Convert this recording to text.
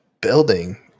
building